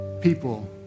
people